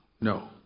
no